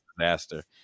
disaster